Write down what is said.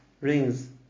rings